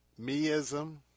Meism